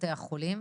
בתי החולים.